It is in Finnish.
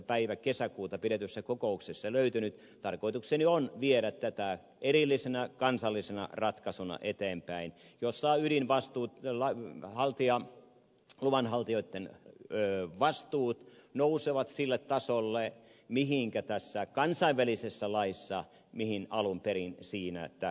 päivänä kesäkuuta pidetyssä kokouksessa löytynyt tarkoitukseni on viedä tätä eteenpäin erillisenä kansallisena ratkaisuna eteenpäin nostaa ylin vastuu teillä jossa luvanhaltijoitten vastuut nousevat sille tasolle mihinkä tässä kansainvälisessä laissa alun perin tähdättiin